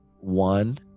One